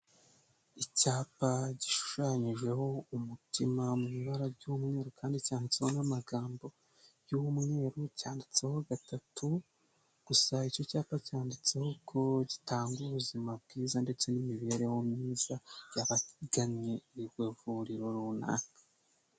Icyapa gishushanyijeho umutima mu ibara ry'umweru kandi cyanditsweho n'amagambo y'umweru, cyanditseho gatatu gusa icyo cyapa cyanditseho ko gitanga ubuzima bwiza ndetse n'imibereho myiza by'abagannye iryo vuriro runaka.